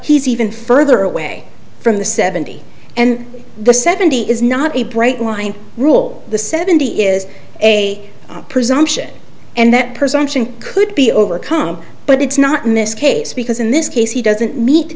he's even further away from the seventy and the seventy is not a bright line rule the seventy is a presumption and that presumption could be overcome but it's not in this case because in this case he doesn't meet